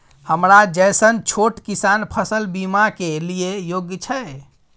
हमरा जैसन छोट किसान फसल बीमा के लिए योग्य छै?